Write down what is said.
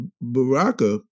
Baraka